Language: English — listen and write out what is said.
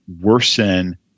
worsen